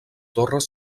torres